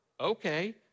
Okay